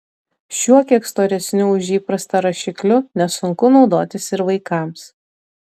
šiuo kiek storesniu už įprastą rašikliu nesunku naudotis ir vaikams